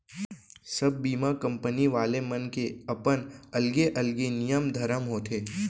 सब बीमा कंपनी वाले मन के अपन अलगे अलगे नियम धरम होथे